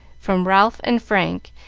from ralph and frank,